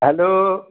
hello